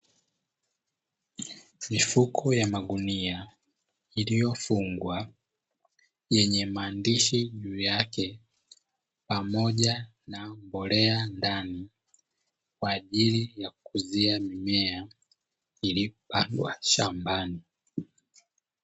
Mifuko ya magunia iliyofungwa yenye maandishi juu yake, pamoja na mbolea ndani kwa ajili ya kukuzia mimea iliyolazwa shambani.